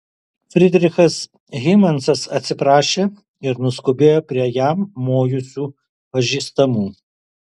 frydrichas hymansas atsiprašė ir nuskubėjo prie jam mojusių pažįstamų